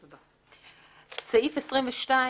הצבעה בעד, 2 נגד,